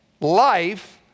life